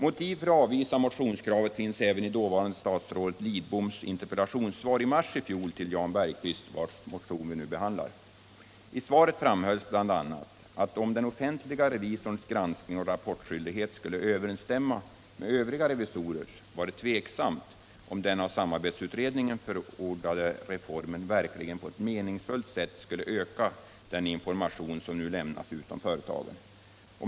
Motiv för att avvisa motionskravet finns även i dåvarande statsrådet Lidboms interpellationssvar i mars i fjol till Jan Bergqvist, vars motion vi nu behandlar. I svaret framhölls bl.a. att om den offentliga revisorns 79 granskning och rapportskyldighet skulle överensstämma med övriga revisorers var det tveksamt om den av samarbetsutredningen förordade reformen verkligen på ett meningsfullt sätt skulle öka den information som nu lämnas ut om företagen.